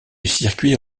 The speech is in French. circuit